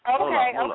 Okay